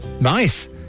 Nice